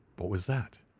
what was that?